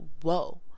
whoa